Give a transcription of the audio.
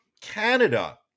Canada